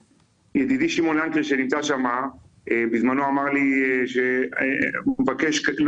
ידידי שמעון לנקרי שנמצא שם בזמנו אמר לי שהוא מבקש לא